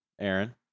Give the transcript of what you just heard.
Aaron